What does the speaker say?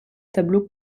tableau